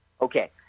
Okay